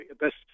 best